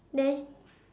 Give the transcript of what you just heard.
then